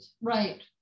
Right